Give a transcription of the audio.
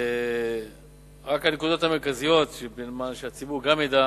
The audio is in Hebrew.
רק הנקודות המרכזיות, שהציבור גם ידע: